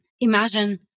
imagine